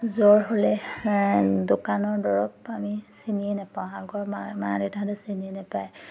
জ্বৰ হ'লে দোকানৰ দৰৱ আমি চিনিয়ে নেপাওঁ আগৰ মা মা দেউতাহঁতে চিনি নেপায়